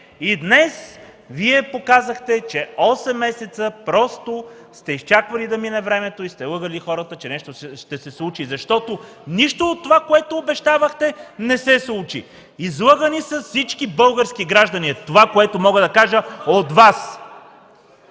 и днес Вие показахте, че осем месеца просто сте изчаквали да мине времето и сте лъгали хората, че нещо ще се случи. Защото нищо от това, което обещавахте, не се случи. Излъгани са всички български граждани – това мога да кажа – от Вас!